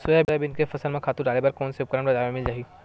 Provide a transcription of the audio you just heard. Soybean के फसल म खातु डाले बर कोन से उपकरण बजार म मिल जाहि?